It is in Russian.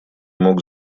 мог